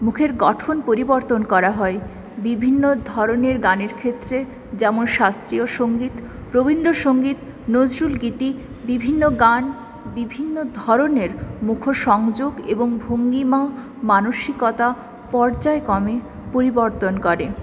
মুখের গঠন পরিবর্তন করা হয় বিভিন্ন ধরনের গানের ক্ষেত্রে যেমন শাস্ত্রীয় সঙ্গীত রবীন্দ্রসঙ্গীত নজরুলগীতি বিভিন্ন গান বিভিন্ন ধরনের মুখসংযোগ এবং ভঙ্গিমা মানসিকতা পর্যায়ক্রমে পরিবর্তন করে